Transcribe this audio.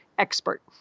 expert